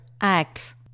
acts